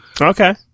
Okay